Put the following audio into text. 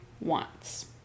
wants